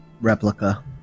replica